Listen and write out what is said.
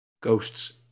Ghosts